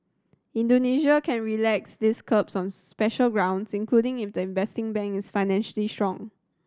Indonesia can relax these curbs on special grounds including if the investing bank is financially strong